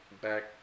back